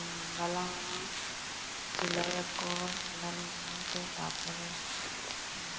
ᱜᱟᱞᱟᱝ ᱥᱤᱞᱟᱭ ᱟᱠᱚ ᱴᱮᱞᱟᱨ ᱢᱮᱥᱤᱱᱛᱮ ᱛᱟᱨᱯᱚᱨᱮ